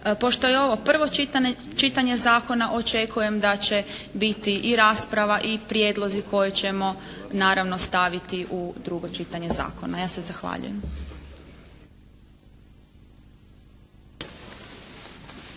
Pošto je ovo prvo čitanje zakona očekujem da će biti i rasprava i prijedlozi koje ćemo naravno staviti u drugo čitanje zakona. Ja se zahvaljujem.